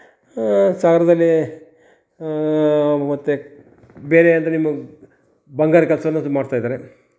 ಸಾಗರದಲ್ಲಿ ಮತ್ತೆ ಬೇರೆ ಅಂದರೆ ನಿಮ್ಮ ಬಂಗಾರ ಕೆಲಸನ ತುಂಬ ಮಾಡ್ತಾಯಿದ್ದಾರೆ